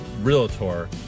realtor